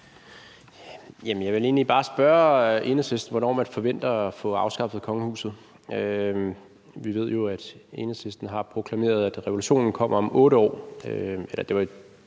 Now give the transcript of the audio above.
Jeg vil egentlig bare spørge Enhedslistens ordfører, hvornår man forventer at få afskaffet kongehuset. Vi ved jo, at Enhedslisten har proklameret, at revolutionen kommer om 8 år.